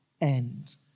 end